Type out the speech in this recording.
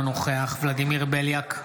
אינו נוכח ולדימיר בליאק,